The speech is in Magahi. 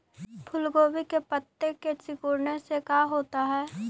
फूल गोभी के पत्ते के सिकुड़ने से का होता है?